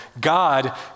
God